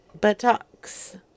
buttocks